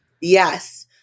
yes